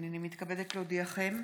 הינני מתכבדת להודיעכם,